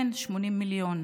כן, 80 מיליון.